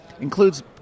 includes